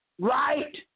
Right